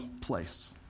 place